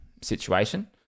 situation